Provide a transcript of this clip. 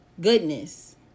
goodness